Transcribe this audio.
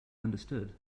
understood